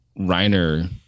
Reiner